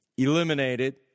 Eliminated